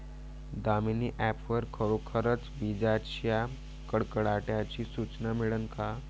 Damini app वर खरोखर विजाइच्या कडकडाटाची सूचना मिळन का?